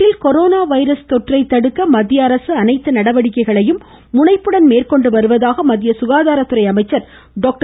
நாட்டில் corona virus தொற்றை தடுக்க மத்திய அரசு அனைத்து நடவடிக்கைகளையும் முனைப்புடன் மேற்கொண்டுவருவதாக சுகாதாரத்துறை அமைச்சர் டாக்டர்